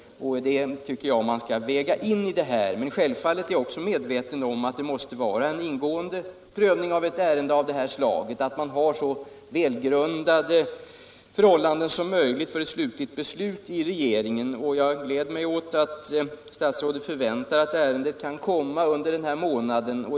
Det tycker jag man skall väga in i detta sammanhang. Men självfallet är jag också medveten om att det måste vara en ingående prövning av ett ärende av det här slaget, att man måste ha så välgrundade motiv som möjligt för ett slutligt beslut i frågan. Det gläder mig att statsrådet förväntar att ärendet skall komma under den här månaden.